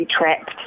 trapped